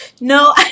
No